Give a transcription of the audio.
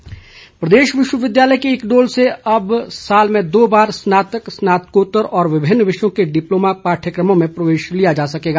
इक्डोल प्रदेश विश्वविद्यालय के इक्डोल से अब साल में दो बार स्नात्तक स्नात्कोत्तर विभिन्न विषयों के डिप्लोमा पाठयकमो में प्रवेश लिया जा सकेगा